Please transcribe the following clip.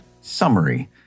summary